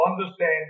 understand